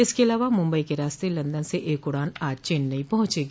इसके अलावा मुंबई के रास्ते लंदन से एक उड़ान आज चेन्नई पहुंचेगी